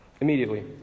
immediately